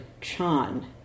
Chan